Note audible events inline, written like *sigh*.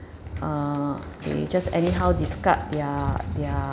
*breath* uh they just anyhow discard their their